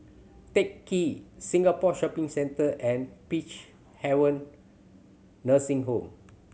Teck Ghee Singapore Shopping Centre and Peacehaven Nursing Home